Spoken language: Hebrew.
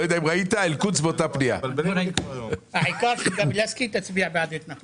המטה לביטחון לאומי נמצא בתוך